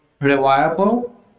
Reliable